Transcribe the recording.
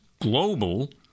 Global